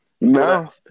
No